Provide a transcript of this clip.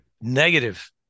negative